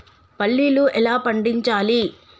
పల్లీలు ఎలా పండించాలి?